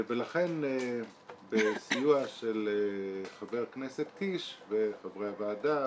ולכן בסיוע של חבר הכנסת קיש וחברי הוועדה,